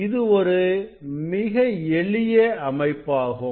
இது ஒரு மிக எளிய அமைப்பாகும்